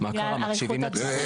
בגלל אריכות הדברים.